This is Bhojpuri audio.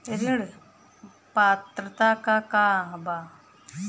ऋण पात्रता का बा?